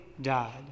died